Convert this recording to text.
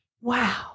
Wow